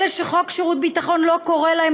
אלה שחוק שירות ביטחון לא קורא להם